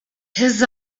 his